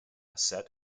set